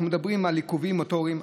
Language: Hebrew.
אנחנו מדברים על עיכובים מוטוריים,